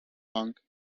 punk